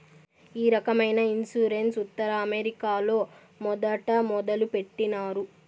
ఈ రకమైన ఇన్సూరెన్స్ ఉత్తర అమెరికాలో మొదట మొదలుపెట్టినారు